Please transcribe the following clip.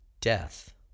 death